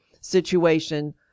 situation